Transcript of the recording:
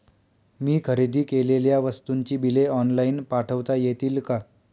मी खरेदी केलेल्या वस्तूंची बिले ऑनलाइन पाठवता येतील का?